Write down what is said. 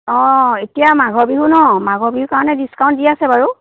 অ' এতিয়া মাঘৰ বিহু ন মাঘৰ বিহু কাৰণে ডিস্কাউণ্ট দি আছে বাৰু